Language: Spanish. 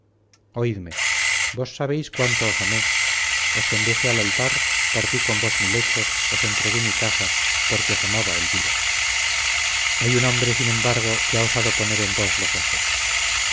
oídme vos sabéis cuánto os amé os conduje al altar partí con vos mi lecho os entregué mi casa porque os amaba elvira hay un hombre sin embargo que ha osado poner en vos los ojos